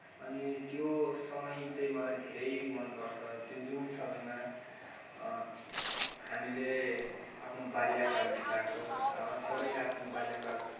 अनि त्यो समय चाहिँ मलाई धेरै मनपर्छ त्यो जुन समयमा हामीले आफ्नो बाल्यकाल बिताएको सबैलाई आफ्नो बाल्यकाल